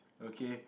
okay